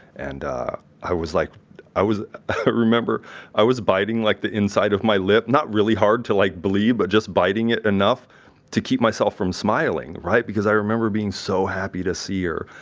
and i was, like i remember i was biting like the inside of my lip. not really hard, to like bleed, but just biting it enough to keep myself from smiling, right? because i remember being so happy to see her.